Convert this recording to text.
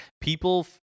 People